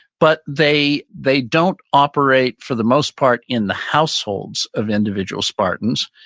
but they they don't operate for the most part in the households of individual spartans.